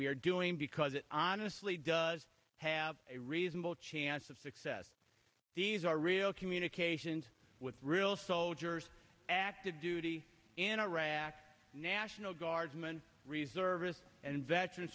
are doing because it honestly does have a reasonable chance of success these are real communications with real soldiers active duty in iraq national guardsman reserve and veterans